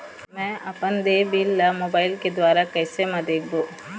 म अपन देय बिल ला मोबाइल के द्वारा कैसे म देखबो?